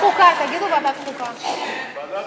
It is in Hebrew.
ההצעה להעביר את הצעת חוק הסיוע המשפטי (תיקון מס'